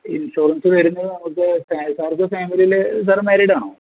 insurance വരുന്നത് നമുക്ക് സാറിൻ്റെ ഫാമിലിയിൽ സാറ് മാരീഡ് ആണോ